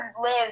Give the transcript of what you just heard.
live